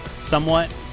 somewhat